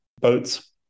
boats